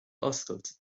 oscailt